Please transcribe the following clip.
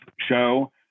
show